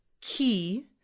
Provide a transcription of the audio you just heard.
key